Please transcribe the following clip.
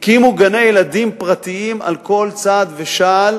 הקימו גני-ילדים פרטיים על כל צעד ושעל.